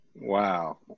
wow